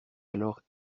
alors